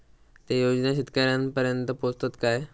ते योजना शेतकऱ्यानपर्यंत पोचतत काय?